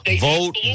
vote